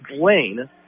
Blaine